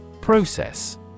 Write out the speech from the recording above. Process